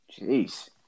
Jeez